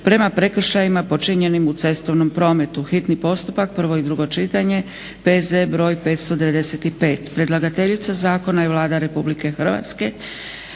prema prekršajima počinjenim u cestovnom prometu, hitni postupak, prvo i drugo čitanje, P.Z. br. 595 Predlagateljica zakona je Vlada RH. Prijedlog akta